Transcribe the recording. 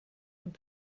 und